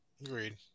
Agreed